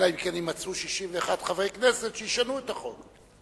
אלא אם כן יימצאו 61 חברי כנסת שישנו את החוק.